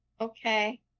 Okay